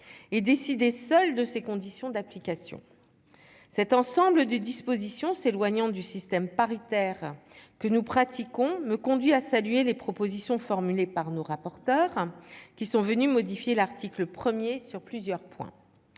et décider seul de ses conditions d'application cet ensemble de dispositions s'éloignant du système paritaire que nous pratiquons me conduit à saluer les propositions formulées par nos rapporteurs qui sont venus modifier l'article 1er sur plusieurs points